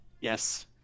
yes